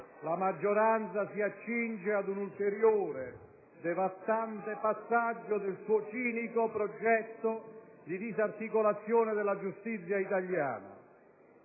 la maggioranza si accinge ad un ulteriore, devastante passaggio del suo cinico progetto di disarticolazione della giustizia italiana.